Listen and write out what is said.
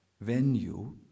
venue